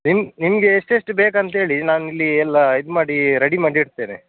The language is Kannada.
ನಿಮ್ಮ ನಿಮಗೆ ಎಷ್ಟು ಎಷ್ಟು ಬೇಕಂತ ಹೇಳಿ ನಾನು ಇಲ್ಲಿ ಎಲ್ಲ ಇದು ಮಾಡಿ ರೆಡಿ ಮಾಡಿ ಇಡ್ತೇನೆ